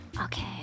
Okay